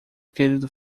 querido